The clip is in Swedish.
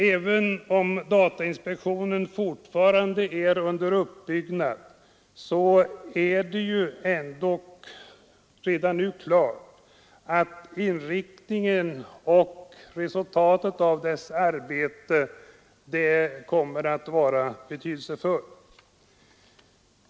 Även om datainspektionen fortfarande är under uppbyggnad står det ändå redan nu klart att inriktningen och resultatet av dess arbete kommer att ha stor betydelse.